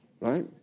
right